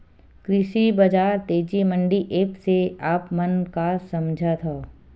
कृषि बजार तेजी मंडी एप्प से आप मन का समझथव?